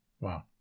Wow